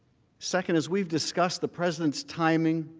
second, as we discussed, the presidents timing